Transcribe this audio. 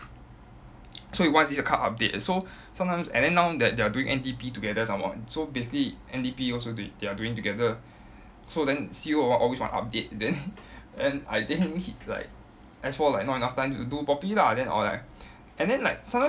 so he wants this kind of update so sometimes and then now that they are doing N_D_P together some more so basically N_D_P also doing they are doing together so then C_O would always want update then then I think like S four like not enough time to do properly lah then or like and then like sometimes